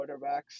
quarterbacks